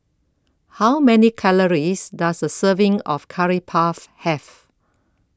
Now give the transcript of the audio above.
How Many Calories Does A Serving of Curry Puff Have